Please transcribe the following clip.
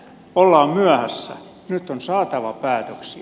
ollaan myöhässä nyt on saatava päätöksiä